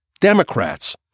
Democrats